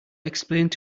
explained